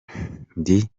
ndi